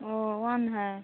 Avon है